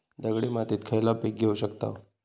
दगडी मातीत खयला पीक घेव शकताव?